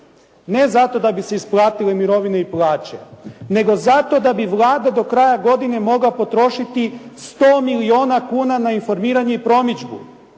Ne zato da bi se isplatile mirovine i plaće, nego zato da bi Vlada do kraja godine mogla potrošiti 100 milijona kuna na informiranje i promidžbu.